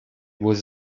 was